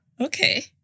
Okay